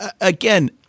Again